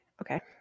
Okay